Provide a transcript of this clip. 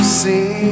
see